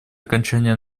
окончания